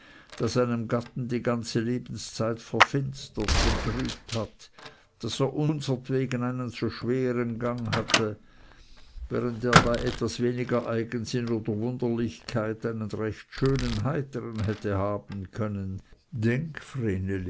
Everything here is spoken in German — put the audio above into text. das einem gatten die ganze lebenszeit verfinstert getrübt hat daß er unsertwegen einen so schweren gang hätte während er bei etwas weniger eigensinn oder wunderlichkeit einen recht schönen heitern hätte haben können denk